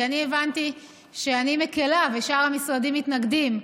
כי אני הבנתי שאני מקילה וששאר המשרדים מתנגדים.